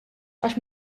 għax